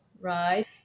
right